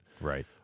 Right